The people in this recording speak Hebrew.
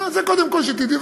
זה קודם כול, שתדעי.